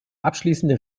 abschließende